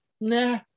Nah